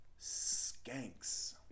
Skanks